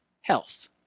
health